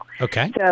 Okay